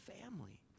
family